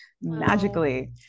magically